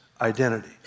identity